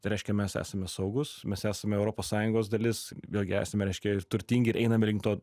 tai reiškia mes esame saugūs mes esame europos sąjungos dalis vėlgi esame reiškia ir turtingi ir einame link to